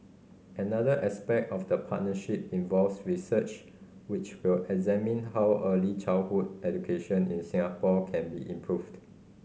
another aspect of the partnership involves research which will examine how early childhood education in Singapore can be improved